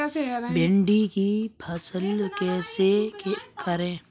भिंडी की फसल कैसे करें?